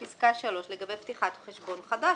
היו לי שאלות על חשבון חדש.